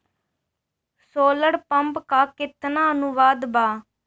Solar pump पर केतना अनुदान बा?